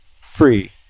Free